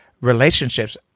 relationships